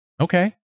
Okay